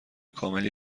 کاملی